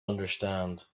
understand